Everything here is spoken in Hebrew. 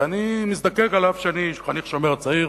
ואני נזקק, אף שאני חניך "השומר הצעיר",